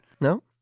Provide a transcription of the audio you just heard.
No